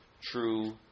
true